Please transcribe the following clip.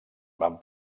van